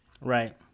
right